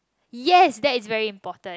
yes that's very important